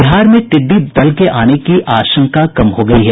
बिहार मे टिड्डी दल के आने की आशंका कम हो गयी है